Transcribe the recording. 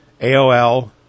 AOL